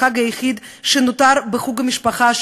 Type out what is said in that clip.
החג היחיד שנותר בחוג המשפחה,